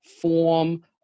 form